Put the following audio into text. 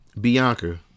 Bianca